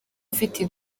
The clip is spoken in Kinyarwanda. afite